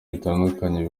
bitandukanye